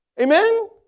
Amen